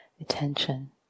attention